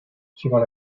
suivant